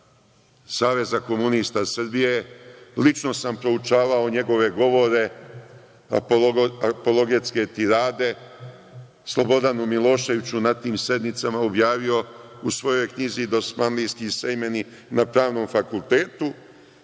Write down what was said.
Saveza Komunista Srbije. Lično sam proučavao njegove govore, apologetske tirade Slobodanu Miloševiću na tim sednicama je objavio u svojoj knjizi „Dosmanlijski sejmeni“ na pravnom fakultetu,